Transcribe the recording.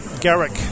Garrick